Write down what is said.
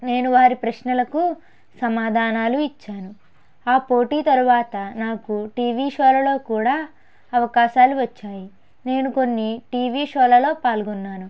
నేను వారి ప్రశ్నలకు సమాధానాలు ఇచ్చాను ఆ పోటీ తర్వాత నాకు టీవీ షోలలో కూడా అవకాశాలు వచ్చాయి నేను కొన్ని టీవీ షోలలో పాల్గొన్నాను